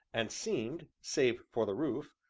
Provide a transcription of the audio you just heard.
and seemed, save for the roof,